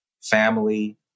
family